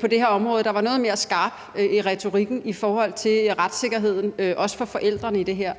på det her område, der var noget mere skarp i retorikken, også i forhold til retssikkerheden for forældrene i det her.